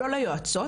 לא ליועצות,